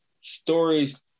stories